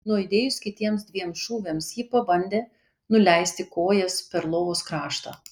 nuaidėjus kitiems dviem šūviams ji pabandė nuleisti kojas per lovos kraštą